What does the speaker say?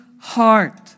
heart